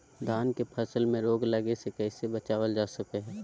धान के फसल में रोग लगे से कैसे बचाबल जा सको हय?